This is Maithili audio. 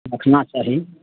रखना चाही